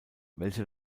welcher